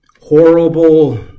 horrible